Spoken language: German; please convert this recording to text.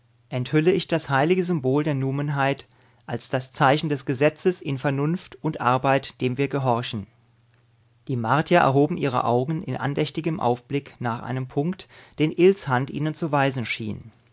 enthülle ich das heilige symbol der numenheit als das zeichen des gesetzes in vernunft und arbeit dem wir gehorchen die martier erhoben ihre augen in andächtigem aufblick nach einem punkt den ills hand ihnen zu weisen schien